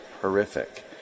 horrific